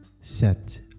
set